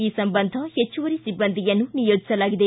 ಈ ಸಂಬಂಧ ಹೆಚ್ಚುವರಿ ಸಿಬ್ಬಂದಿಯನ್ನು ನಿಯೋಜಿಸಲಾಗಿದೆ